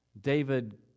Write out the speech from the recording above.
David